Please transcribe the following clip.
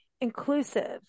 inclusive